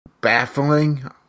baffling